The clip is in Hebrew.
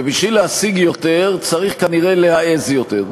ובשביל להשיג יותר צריך כנראה להעז יותר.